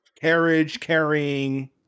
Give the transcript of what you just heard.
carriage-carrying